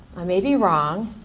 i may be wrong,